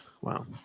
Wow